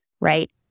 right